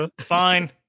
fine